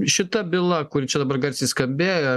šita byla kuri čia dabar garsiai skambėjo